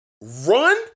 run